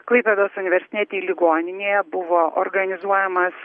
klaipėdos universitetinėje ligoninėje buvo organizuojamas